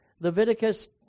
Leviticus